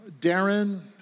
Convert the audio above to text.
Darren